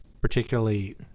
particularly